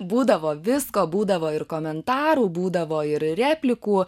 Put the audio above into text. būdavo visko būdavo ir komentarų būdavo ir replikų